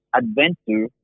adventure